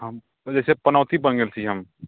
हम जइसे पनौती बनि गेल छी हम